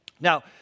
Now